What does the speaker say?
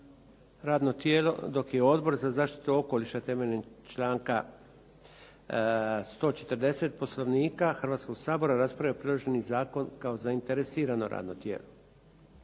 radno tijelo dok je Odbor za zaštitu okoliša temeljem članka 140. Poslovnika Hrvatskoga sabora raspravio predloženi zakon kao zainteresirano radno tijelo.